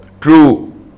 true